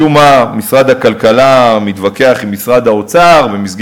משום מה, משרד הכלכלה מתווכח עם משרד האוצר,